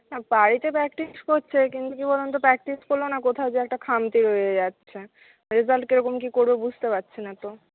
হ্যাঁ বাড়িতে প্র্যাকটিস করছে কিন্তু কি বলুন তো প্র্যাকটিস করলো না কোথাও গিয়ে একটা খামতি রয়ে যাচ্ছে রেজাল্ট কেরকম কি করবে বুঝতে পারছি না তো